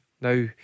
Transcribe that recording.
Now